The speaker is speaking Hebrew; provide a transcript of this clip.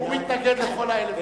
הוא מתנגד לכל ה-1,200.